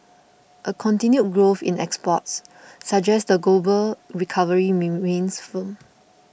a continued growth in exports suggest the global recovery remains firm